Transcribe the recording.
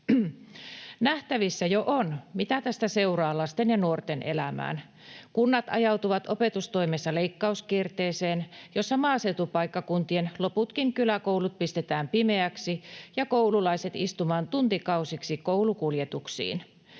Nähtävissä jo on, mitä tästä seuraa lasten ja nuorten elämään. Kunnat ajautuvat opetustoimessa leikkauskierteeseen, jossa maaseutupaikkakuntien loputkin kyläkoulut pistetään pimeiksi ja koululaiset istumaan tuntikausiksi koulukuljetuksiin.